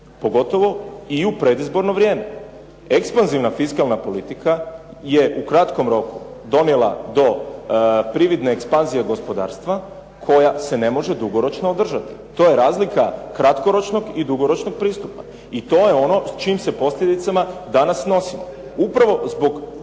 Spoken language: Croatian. pogotovo i u predizborno vrijeme. Ekspanzivna fiskalna politika je u kratkom roku dovela do prividne ekspanzije gospodarstva koja se ne može dugoročno održati. To je razlika kratkoročnog i dugoročnog pristupa i to je ono čijim se posljedicama danas nosimo. Upravo zbog